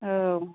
औ